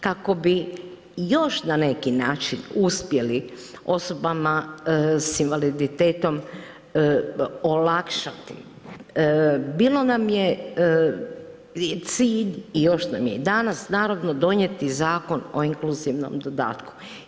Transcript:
Kako bi još na neki način uspjeli osobama s invaliditetom olakšati, bilo nam je cilj i još nam je i danas naravno, donijeti Zakon o inkluzivnom dodatku.